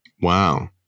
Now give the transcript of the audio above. Wow